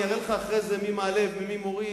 אני אראה לך אחרי זה מי מעלה ומי מוריד.